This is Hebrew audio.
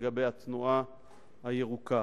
לגבי התנועה הירוקה.